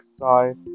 side